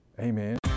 Amen